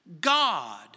God